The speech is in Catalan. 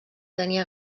tenia